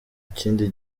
kindi